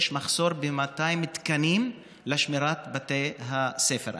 יש מחסור של 200 תקנים לשמירת בתי הספר.